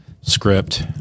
script